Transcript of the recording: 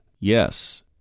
Yes